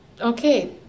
okay